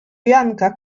janka